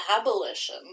Abolition